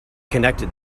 connected